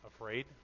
afraid